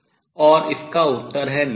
और इसका उत्तर है नहीं